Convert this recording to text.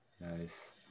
nice